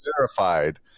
verified